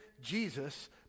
Jesus